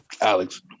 Alex